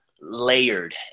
layered